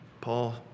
Paul